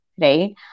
right